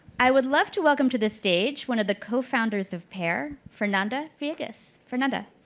i would love to welcome to the stage one of the co founders of pair, fernanda viegas. fernanda?